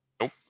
Nope